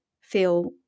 feel